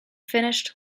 finished